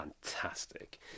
fantastic